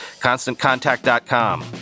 Constantcontact.com